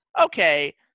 Okay